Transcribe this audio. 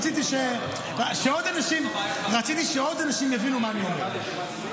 רציתי שעוד אנשים יבינו מה אני אומר,